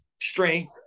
strength